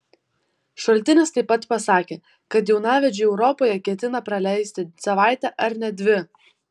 šaltinis taip pat pasakė kad jaunavedžiai europoje ketina praleisti savaitę ar net dvi